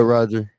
Roger